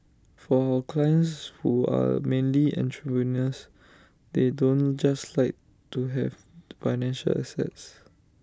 for our clients who are mainly entrepreneurs they don't just like to have financial assets